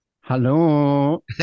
Hello